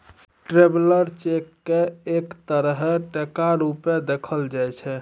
traveller cheque केँ एक तरहक टका रुपेँ देखल जाइ छै